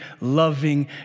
loving